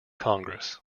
congress